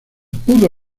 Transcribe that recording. pudo